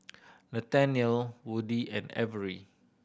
Nathaniel Woody and Averi